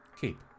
keep